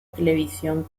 televisión